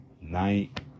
night